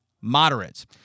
moderates